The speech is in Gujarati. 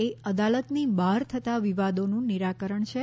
એ અદાલતની બહાર થતાં વિવાદોનું નિરાકરણ છે